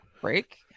break